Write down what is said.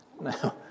No